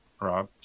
Rob